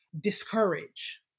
discourage